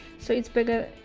so it's bigger.